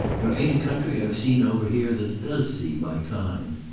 there ain't a country i've seen over here that does seem my kind.